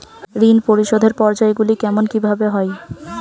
ঋণ পরিশোধের পর্যায়গুলি কেমন কিভাবে হয়?